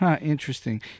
Interesting